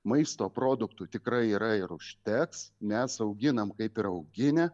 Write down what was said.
maisto produktų tikrai yra ir užteks mes auginam kaip ir auginę